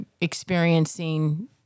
experiencing